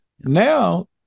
Now